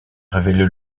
révélé